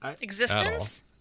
Existence